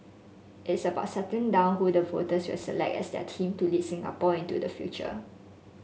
it's about setting down who the voters will select as their team to lead Singapore into the future